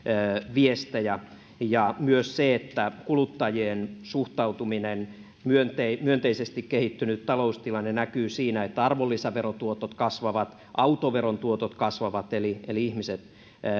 viestejä ja myös se että kuluttajien suhtautuminen myönteisesti myönteisesti kehittynyt taloustilanne näkyy siinä että arvonlisäverotuotot kasvavat autoveron tuotot kasvavat eli eli ihmiset